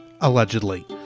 allegedly